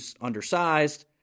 undersized